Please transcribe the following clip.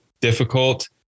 difficult